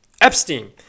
Epstein